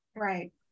right